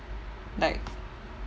like